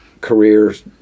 careers